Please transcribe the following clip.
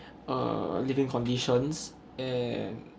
uh living conditions and